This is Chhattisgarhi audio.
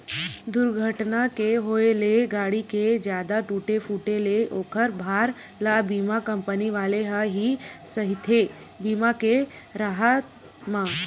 दूरघटना के होय ले गाड़ी के जादा टूटे फूटे ले ओखर भार ल बीमा कंपनी वाले ह ही सहिथे बीमा के राहब म